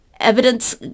Evidence